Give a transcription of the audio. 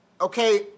okay